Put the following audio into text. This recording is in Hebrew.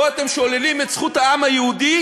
פה אתם שוללים את זכות העם היהודי,